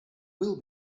will